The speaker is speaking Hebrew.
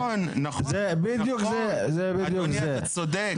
נכון, אדוני צודק.